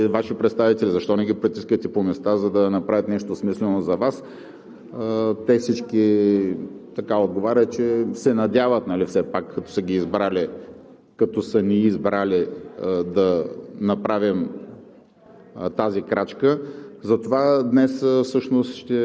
на нашия въпрос: добре, в крайна сметка останалите народни представители са и Ваши представители, защо не ги притискате по места, за да направят нещо смислено за Вас? Те всички отговарят, че се надяват все пак като са ни избрали да направим